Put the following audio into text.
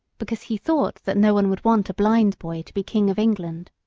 because he thought that no one would want a blind boy to be king of england.